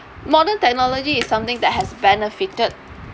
modern technology is something that has benefited